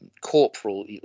corporal